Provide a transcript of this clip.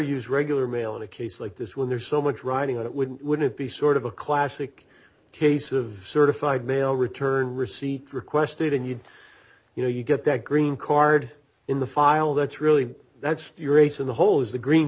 use regular mail in a case like this when there's so much riding on it wouldn't would it be sort of a classic case of certified mail return receipt requested and you'd you know you get that green card in the file that's really that's your ace in the hole is the green